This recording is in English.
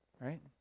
Right